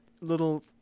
little